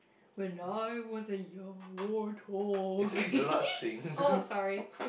when I was young warthog oh sorry